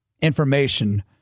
information